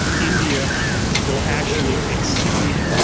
india will actually exceed